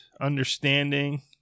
understanding